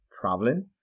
traveling